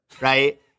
right